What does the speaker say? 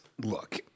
Look